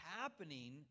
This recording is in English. happening